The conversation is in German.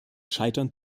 scheitern